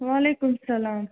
وعلیکُم سلام